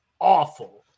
awful